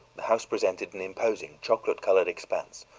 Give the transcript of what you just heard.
the house presented an imposing chocolate-colored expanse,